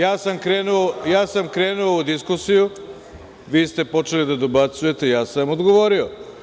Ja sam krenuo u diskusiju, vi ste počeli da dobacujete, ja sam vam odgovorio.